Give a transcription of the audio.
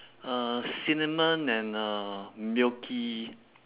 uh cinnamon and uh milky